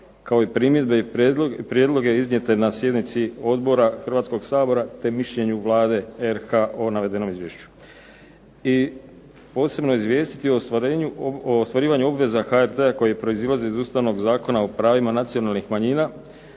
kao i primjedbe i prijedloge iznijete na sjednici odbora Hrvatskog sabora, te mišljenju Vlade RH o navedenom izvješću, i posebno izvijestiti o ostvarivanju obveza HRT-a koji proizlazi iz ustavnog Zakona o pravima nacionalnih manjina,